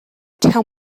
tell